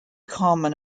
common